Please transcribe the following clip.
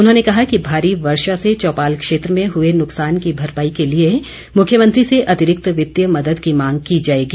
उन्होंने कहा कि भारी वर्षा से चौपाल क्षेत्र में हुए नुकसान की भरपाई के लिए मुख्यमंत्री से अतिरिक्त वित्तीय मदद की मांग की जाएगी